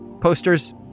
Posters